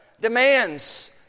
demands